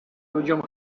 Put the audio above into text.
ludziom